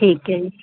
ਠੀਕ ਹੈ ਜੀ